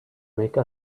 make